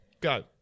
Go